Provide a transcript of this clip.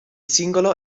singolo